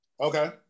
Okay